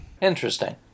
interesting